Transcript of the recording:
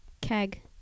Keg